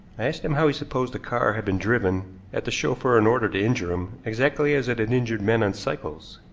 i asked him how he supposed the car had been driven at the chauffeur in order to injure him, exactly as it had injured men on cycles.